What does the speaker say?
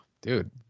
Dude